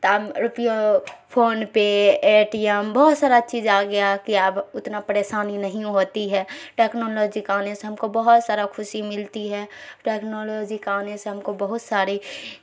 روپیوں phone پے A T M بہت سارا چیز آ گیا کہ اب اتنا پریشانی نہیں ہوتی ہے ٹیکنالوجی کا آنے سے ہم کو بہت سارا خوشی ملتی ہے ٹیکنالوجی کا آنے سے ہم کو بہت ساری